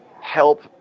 help